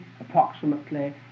approximately